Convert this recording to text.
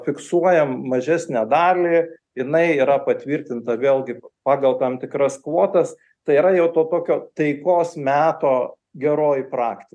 fiksuojam mažesnę dalį jinai yra patvirtinta vėlgi pagal tam tikras kvotas tai yra jau to tokio taikos meto geroji prakti